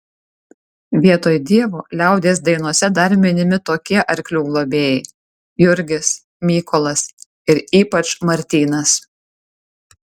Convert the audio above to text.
vietoj dievo liaudies dainose dar minimi tokie arklių globėjai jurgis mykolas ir ypač martynas